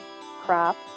crop